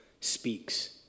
speaks